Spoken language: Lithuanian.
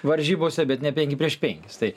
varžybose bet ne penki prieš penkis tai